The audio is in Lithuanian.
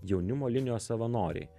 jaunimo linijos savanoriai